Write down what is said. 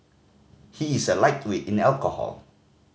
he is a lightweight in alcohol